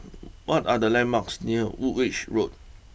what are the landmarks near Woolwich Road